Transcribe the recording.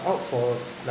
out for like